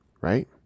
Right